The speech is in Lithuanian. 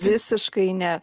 visiškai ne